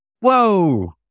Whoa